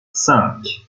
cinq